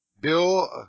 Bill